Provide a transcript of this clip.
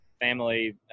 family